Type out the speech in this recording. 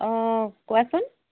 অঁ কোৱাচোন